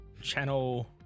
channel